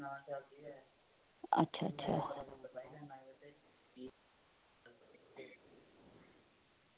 अच्छा अच्छा